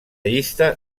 llista